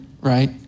right